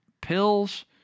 pills